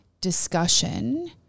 discussion